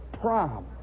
Prom